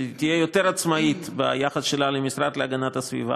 שתהיה יותר עצמאית ביחס שלה למשרד להגנת הסביבה,